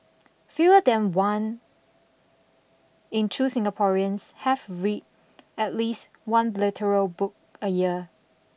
fewer than one in two Singaporeans have read at least one literal book a year